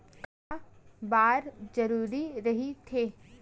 का बार जरूरी रहि थे?